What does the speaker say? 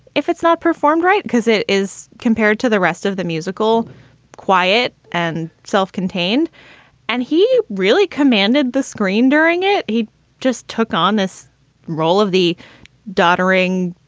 if it's not performed right because it is compared to the rest of the musical quiet and self-contained and he really commanded the screen during it he just took on this role of the doddering,